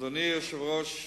אדוני היושב-ראש,